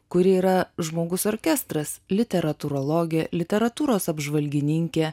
kuri yra žmogus orkestras literatūrologė literatūros apžvalgininkė